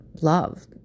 love